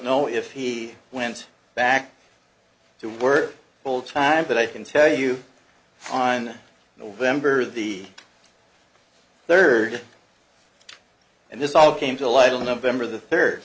know if he went back to work full time but i can tell you on november the third and this all came to light on november the third